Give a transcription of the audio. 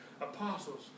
apostles